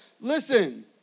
listen